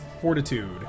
fortitude